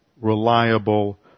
reliable